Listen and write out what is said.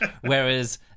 Whereas